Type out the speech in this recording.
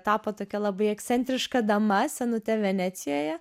tapo tokia labai ekscentriška dama senute venecijoje